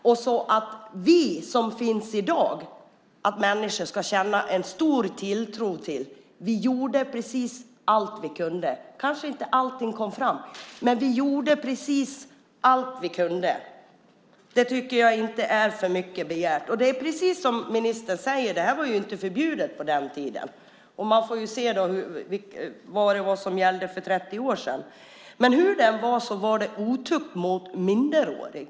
Då kan vi - de människor som finns i dag - känna en stor tilltro till att vi gjorde precis allt vi kunde. Kanske inte allting kom fram, men vi gjorde allt. Det tycker jag inte är för mycket begärt. Det är precis som ministern säger; det här var inte förbjudet på den tiden. Man får se till vad som gällde för 30 år sedan. Men hur det än var så var det otukt mot minderårig.